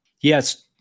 Yes